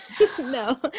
no